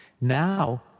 Now